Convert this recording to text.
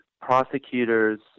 Prosecutors